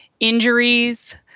Injuries